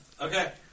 Okay